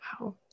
Wow